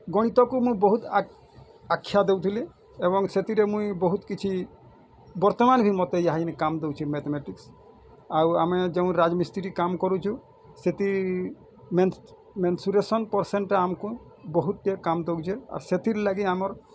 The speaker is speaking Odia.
ଗଣିତ କୁ ମୁଁ ବହୁତ୍ ଆଖ୍ୟ ଦଉଥିଲି ଏବଂ ସେଥିରେ ମୁହିଁ ବହୁତ୍ କିଛି ବର୍ତ୍ତମାନ ଭି ମୋତେ ଇହା ଇନ୍ କାମ୍ ଦଉଛେ ମେଥମେଟିକ୍ସ ଆଉ ଆମେ ଯେଉଁ ରାଜମିସ୍ତ୍ରୀ କାମ୍ କରୁଛୁ ସେଇଠି ମେନ୍ସୁରେସନ୍ ପରସେଣ୍ଟ ଆମ୍କୁ ବହୁତ କାମ୍ ଦଉଛେ ଆର୍ ସେଥିର୍ ଲାଗି ଆମର୍